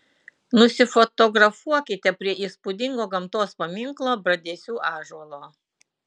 nusifotografuokite prie įspūdingo gamtos paminklo bradesių ąžuolo